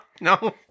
no